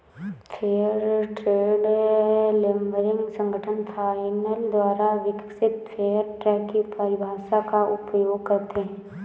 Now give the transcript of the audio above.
fair trade labelling संगठन FINE द्वारा विकसित फेयर ट्रेड की परिभाषा का उपयोग करते हैं